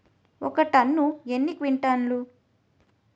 ఒక టన్ను ఎన్ని క్వింటాల్లు?